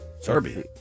Serbia